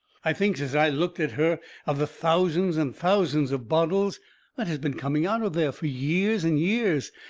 i thinks as i looks at her of the thousands and thousands of bottles that has been coming out of there fur years and years,